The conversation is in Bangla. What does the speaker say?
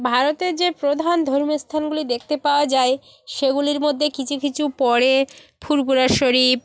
ভারতের যে প্রধান ধর্মীয় স্থানগুলি দেখতে পাওয়া যায় সেগুলির মধ্যে কিছু কিছু পরে ফুরফুরা শরিফ